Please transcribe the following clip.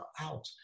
out